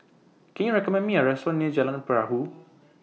Can YOU recommend Me A Restaurant near Jalan Perahu